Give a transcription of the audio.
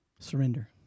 surrender